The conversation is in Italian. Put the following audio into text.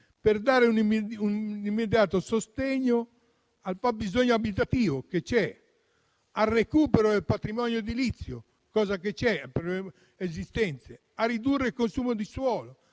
per dare un immediato sostegno al fabbisogno abitativo che c'è, al recupero del patrimonio edilizio, un problema esistente, a ridurre il consumo di suolo,